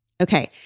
Okay